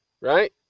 right